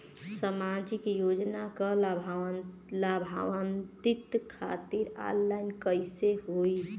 सामाजिक योजना क लाभान्वित खातिर ऑनलाइन कईसे होई?